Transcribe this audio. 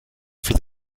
for